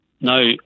Now